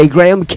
Graham